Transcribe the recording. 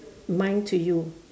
mine to you